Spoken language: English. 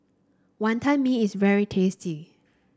Wantan Mee is very tasty